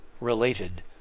related